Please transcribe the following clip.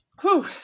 Whew